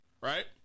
right